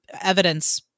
evidence